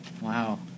wow